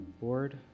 board